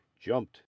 jumped